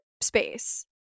space